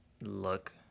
look